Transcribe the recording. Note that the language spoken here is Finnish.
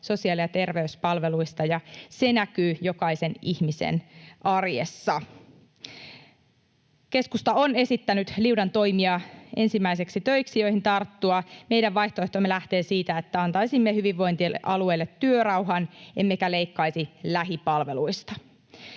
sosiaali- ja terveyspalveluista ja se näkyy jokaisen ihmisen arjessa. Keskusta on esittänyt liudan toimia ensimmäisiksi töiksi, joihin tarttua. Meidän vaihtoehtomme lähtee siitä, että antaisimme hyvinvointialueille työrauhan emmekä leikkaisi lähipalveluista.